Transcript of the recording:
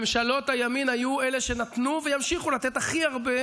ממשלות הימין היו אלה שנתנו וימשיכו לתת הכי הרבה,